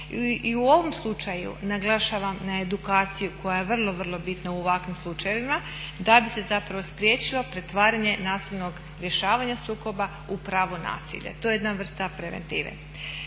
I u ovom slučaju naglašavam na edukaciju koja je vrlo, vrlo bitna u ovakvim slučajevima da bi se zapravo spriječilo pretvaranje nasilnog rješavanja sukoba u pravo nasilje. To je jedna vrsta preventive.